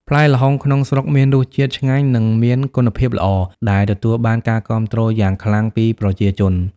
ផ្លែល្ហុងក្នុងស្រុកមានរសជាតិឆ្ងាញ់ និងមានគុណភាពល្អ ដែលទទួលបានការគាំទ្រយ៉ាងខ្លាំងពីប្រជាជន។